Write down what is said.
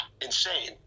Insane